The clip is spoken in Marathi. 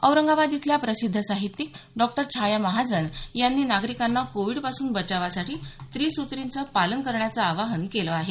औरंगाबाद इथल्या प्रसिद्ध साहित्यिक डॉक्टर छाया महाजन यांनी नागरिकांना कोविडपासून बचावासाठी त्रिसुत्रींचं पालन करण्याचं आवाहन केलं आहे